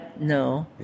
no